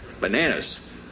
Bananas